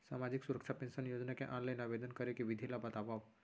सामाजिक सुरक्षा पेंशन योजना के ऑनलाइन आवेदन करे के विधि ला बतावव